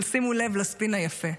אבל שימו לב לספין היפה,